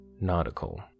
nautical